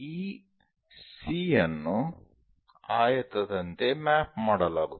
ಈ C ಯನ್ನು ಆಯತದಂತೆ ಮ್ಯಾಪ್ ಮಾಡಲಾಗುತ್ತದೆ